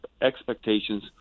expectations